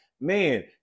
man